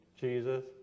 Jesus